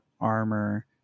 armor